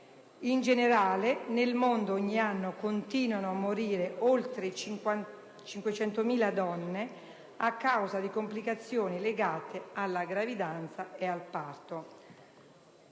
In generale, nel mondo ogni anno continuano a morire oltre 500.000 donne a causa di complicazioni legate alla gravidanza e al parto.